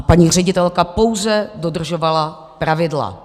Paní ředitelka pouze dodržovala pravidla.